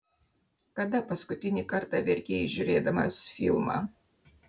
kada paskutinį kartą verkei žiūrėdamas filmą